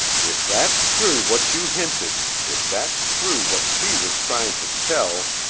if that's true what you hinted, if that's true what she was tryin' to tell,